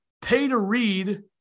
pay-to-read